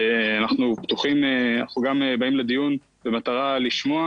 אנחנו גם באים לדיון במטרה לשמוע